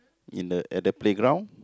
in the at the playground